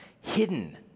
hidden